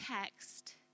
text